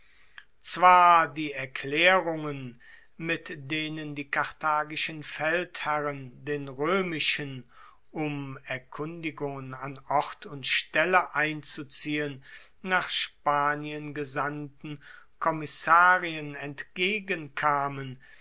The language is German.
zwar die erklaerungen mit denen die karthagischen feldherren den roemischen um erkundigungen an ort und stelle einzuziehen nach spanien gesandten kommissarien entgegenkamen